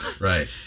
Right